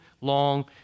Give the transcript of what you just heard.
long